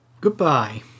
goodbye